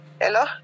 hello